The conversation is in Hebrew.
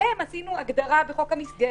שלהן עשינו הגדרה בחוק המסגרת.